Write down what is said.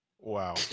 Wow